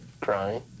crying